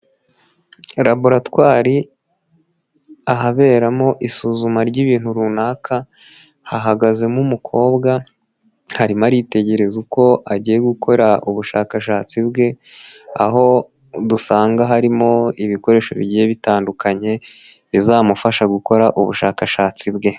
Laboratwari ahaberamo isuzuma ry'ibintu runaka, hahagazemo umukobwa arimo aritegereza uko agiye gukora ubushakashatsi bwe, aho dusanga harimo ibikoresho bigiye bitandukanye bizamufasha gukora ubushakashatsi bwe.